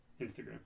Instagram